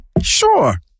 sure